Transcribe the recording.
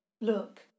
Look